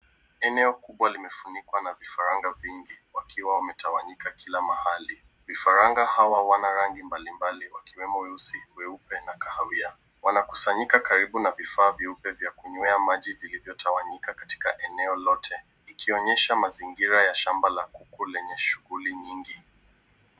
Eneo kubwa limefunikwa na vifaranga vingi wakiwa wametawanyika kila mahali. Vifaranga hawa wana rangi mbalimbali ikiwemo weusi, weupe na kahawia. Wanakusanyika karibu na vifaa vyeupe vya kunyea maji vilivyotawanyika katika eneo lote ikionesha mazingira ya shamba la kuku lenye shughuli nyingi.